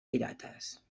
pirates